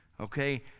Okay